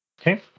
Okay